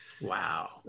Wow